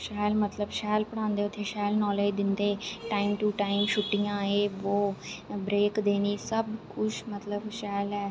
शैल मतलब शैल पढ़ांदे उत्थै शैल नालेज दिंदे टाइम टू टाइम छुट्टियां एह् बो ब्रेक देनी सब कुछ मतलब शैल ऐ